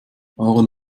aaron